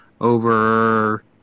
over